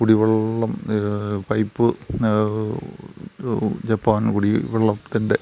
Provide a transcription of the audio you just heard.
കുടിവെള്ളം pipe Japan കുടിവെള്ളത്തിൻ്റെ